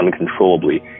uncontrollably